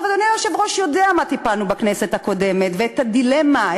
אדוני היושב-ראש יודע במה טיפלנו בכנסת הקודמת ואת הדילמה,